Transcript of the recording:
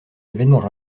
événements